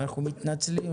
אנחנו מתנצלים